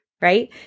right